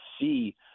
see